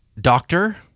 doctor